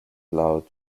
allow